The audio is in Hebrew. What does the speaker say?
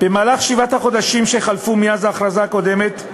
במהלך שבעת החודשים שחלפו מאז ההכרזה הקודמת,